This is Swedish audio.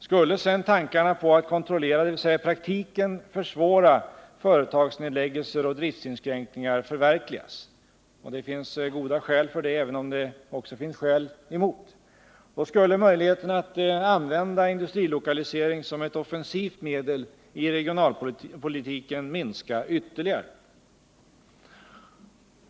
Skulle sedan tankarna på att kontrollera, dvs. i praktiken försvåra, företagsnedläggelser och driftinskränkningar förverkligas — och det finns goda skäl för det, även om det också finns skäl emot —-skulle möjligheterna att använda industrilokalisering som ett offensivt medel i regionalpolitiken minska ytterligare.